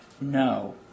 No